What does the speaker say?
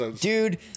dude